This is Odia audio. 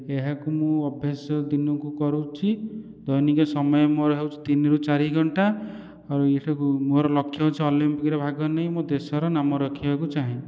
ଏହାକୁ ମୁଁ ଅଭ୍ୟାସ ଦିନକୁ କରୁଛି ଦୈନିକ ସମୟ ମୋର ହେଉଛି ତିନିରୁ ଚାରି ଘଣ୍ଟା ଆଉ ଏସବୁ ମୋର ଲକ୍ଷ୍ୟ ହେଉଛି ଅଲିମ୍ପିକ୍ସରେ ଭାଗ ନେଇ ମୁଁ ଦେଶର ନାମ ରଖିବାକୁ ଚାହେଁ